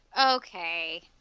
okay